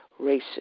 racist